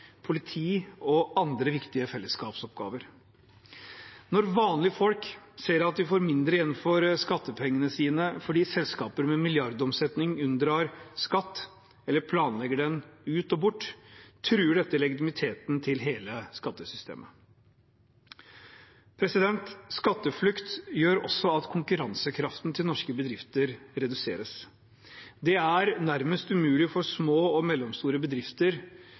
politi og andre viktige fellesskapsoppgaver. Når vanlige folk ser at de får mindre igjen for skattepengene sine fordi selskaper med milliardomsetning unndrar skatt eller planlegger den ut og bort, truer dette legitimiteten til hele skattesystemet. Skatteflukt gjør også at konkurransekraften til norske bedrifter reduseres. Det er nærmest umulig for små og mellomstore bedrifter